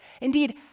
Indeed